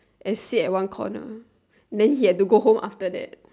and sit at one corner then he had to go home after that